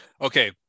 okay